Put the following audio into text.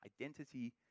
Identity